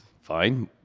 Fine